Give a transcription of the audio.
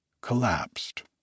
collapsed